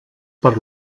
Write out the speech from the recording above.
per